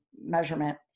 measurement